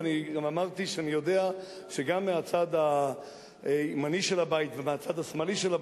ואני גם אמרתי שאני יודע שגם מהצד הימני של הבית ומהצד השמאלי של הבית,